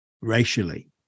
racially